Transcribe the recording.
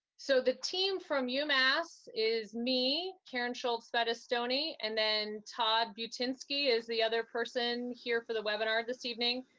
so, the team from umass is me, karen shultz battistoni, and then todd butynski is the other person here for the webinar this evening.